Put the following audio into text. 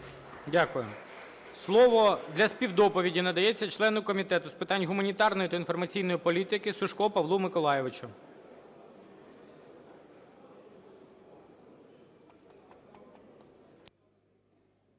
Дякую. Слово для співдоповіді надається члену Комітету з питань гуманітарної та інформаційної політики Сушку Павлу Миколайовичу.